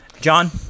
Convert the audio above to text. John